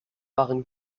waren